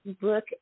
Look